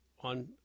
on